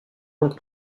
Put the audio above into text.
donc